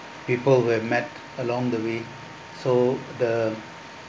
people who have met along the way so the